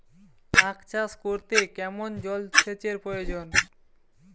আখ চাষ করতে কেমন জলসেচের প্রয়োজন?